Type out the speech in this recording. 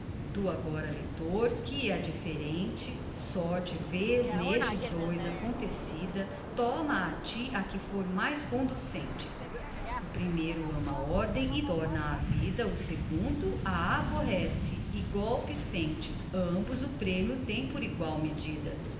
tu agora leitor que a diferente sorte vês nestes dois acontecida toma a ti a que for mais conducente o primeiro ama a ordem e torna à vida o segundo a aborrece e o golpe sente ambos prêmios têm por igual medida